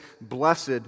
blessed